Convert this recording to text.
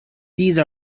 these